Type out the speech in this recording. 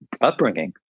upbringing